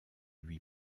lui